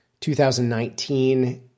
2019